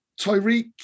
Tyreek